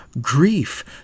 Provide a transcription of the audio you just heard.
grief